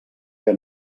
que